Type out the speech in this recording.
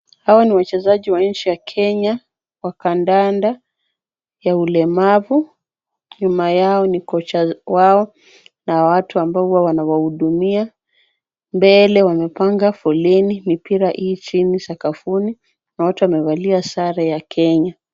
Hawa ni wachezaji wa nchi ya Kenya wa kandanda ya ulemavu. Nyuma yao ni kocha wao na watu ambao huwa wanawahudumia. Mbele wamepanga foleni, mipira ii chini sakafuni na watu wamevalia sare ya Kenya.